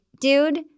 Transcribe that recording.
dude